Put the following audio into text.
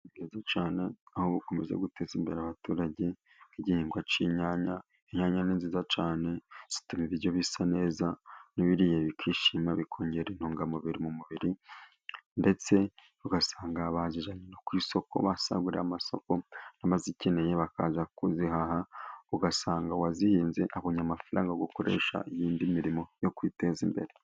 Ubuhinzi cyane aho bukomeza guteza imbere abaturage, nk'igihingwa k'inyanya, inyanya ni nziza cyane zituma ibiryo bisa neza n'ababiririya bakishima bikongera intungamubiri mu mubiri, ndetse ugasanga bazijyane no ku isoko ugasagura amasoko, n'abazikeneye bakaza kuzihaha, ugasanga uwazihinze abonye amafaranga gukoresha indi mirimo yo kwiteza imbere.